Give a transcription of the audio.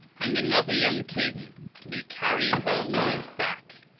and another young king to be carried home on his back.